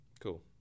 Cool